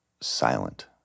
silent